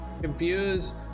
confused